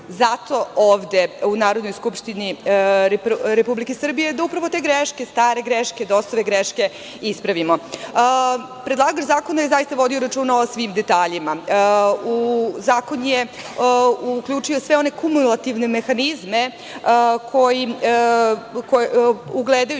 danas ovde u Narodnoj skupštini Republike Srbije da upravo te greške, stare greške, dosove greške ispravimo. Predlagač zakona je zaista vodio računa o svim detaljima. U zakon je uključio sve one kumulativne mehanizme ugledajući